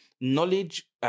knowledge